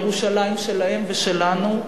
ירושלים שלהם ושלנו,